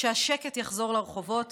שהשקט יחזור לרחובות